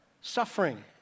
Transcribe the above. suffering